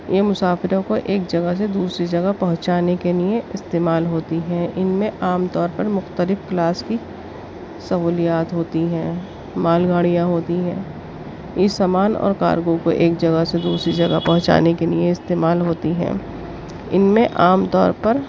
یہ مسافروں کو ایک جگہ سے دوسری جگہ پہنچانے کے لیے استعمال ہوتی ہیں ان میں عام طور پر مختلف کلاس کی سہولیات ہوتی ہیں مال گاڑیاں ہوتی ہیں یہ سامان اور کارگو کو ایک جگہ سے دوسری جگہ پہنچانے کے لیے استعمال ہوتی ہیں ان میں عام طور پر